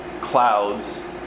clouds